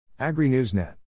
AgriNewsNet